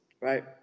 right